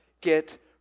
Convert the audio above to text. get